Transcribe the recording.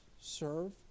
serve